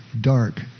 dark